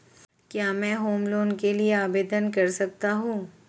क्या मैं home loan के लिए आवेदन कर सकता हूं?